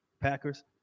Packers